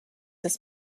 des